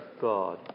God